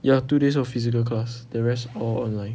ya two days of physical class the rest all online